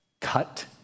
Cut